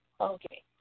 Okay